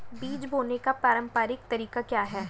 बीज बोने का पारंपरिक तरीका क्या है?